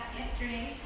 yesterday